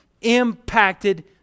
impacted